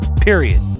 period